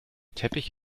teppich